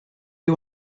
you